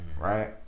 right